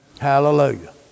Hallelujah